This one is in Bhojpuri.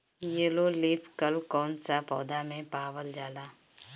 येलो लीफ कल कौन सा पौधा में पावल जाला?